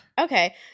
Okay